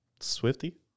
Swifty